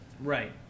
Right